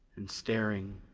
and staring,